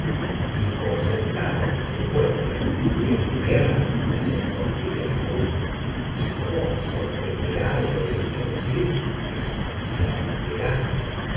di por sentado en consecuencia que la tierra las escondía aún y no os sorprenderá el oírme decir que sentí la esperanza